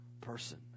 person